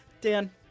Dan